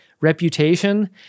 reputation